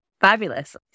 Fabulous